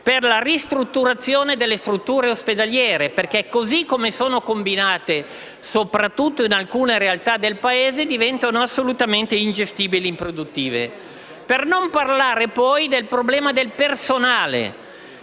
per la ristrutturazione delle strutture ospedaliere perché, così come sono combinate, soprattutto in alcune realtà del Paese, diventano assolutamente ingestibili e improduttive. Per non parlare, poi, del problema del personale: